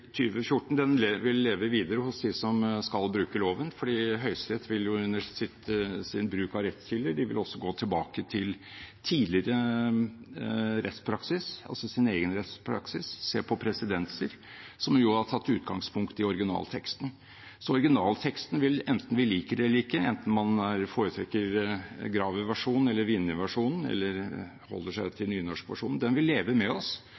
vil leve videre hos dem som skal bruke loven, for Høyesterett vil jo under sin bruk av rettskilder også gå tilbake til tidligere rettspraksis, altså sin egen rettspraksis, og se på presedenser som har tatt utgangspunkt i originalteksten. Så originalteksten vil – enten vi liker det eller ikke, enten man foretrekker Graver-versjonen eller Vinje-versjonen eller holder seg til nynorskversjonen – leve med oss,